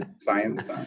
Science